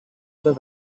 other